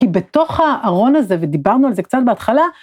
כי בתוך הארון הזה, ודיברנו על זה קצת בהתחלה,